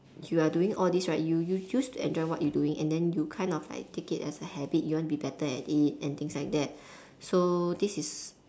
you are doing all this right you you used to enjoy what you doing and then you kind of like take it as a habit you want to be better at it and things like that so this is